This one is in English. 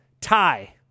tie